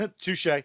touche